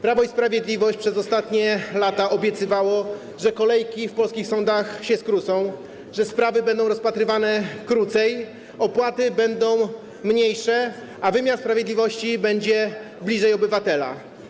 Prawo i Sprawiedliwość przez ostatnie lata obiecywało, że kolejki w polskich sądach się skrócą, że sprawy będą rozpatrywane krócej, opłaty będą mniejsze, a wymiar sprawiedliwości będzie bliżej obywatela.